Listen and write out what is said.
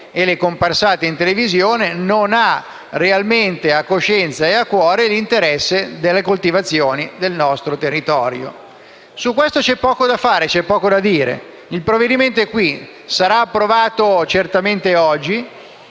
e fare comparsate in televisione, non ha realmente coscienza e a cuore l'interesse delle coltivazioni del nostro territorio. Su questo c'è poco da fare e da dire. Il provvedimento è qui e sarà approvato certamente oggi,